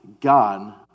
God